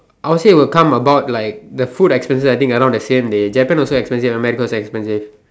I would say it would come about like the food expenses is around the same Japan is also expensive America also expensive